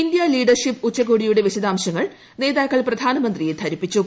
India leadership ഉച്ചകോടിയുടെ വിശദാംശങ്ങൾ നേതാക്കൾ പ്രധാനമന്ത്രിയെ ധരിപ്പിച്ചു